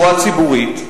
ציבורית,